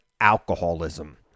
alcoholism